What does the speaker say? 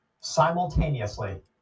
simultaneously